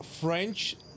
French